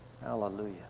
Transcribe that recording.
hallelujah